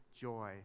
joy